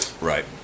Right